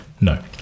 no